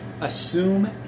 assume